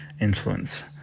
influence